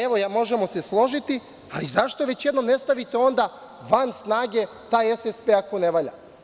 Evo, možemo se složiti, ali zašto već jednom ne stavite onda van snage taj SSP ako ne valja?